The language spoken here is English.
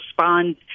respond